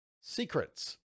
secrets